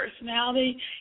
personality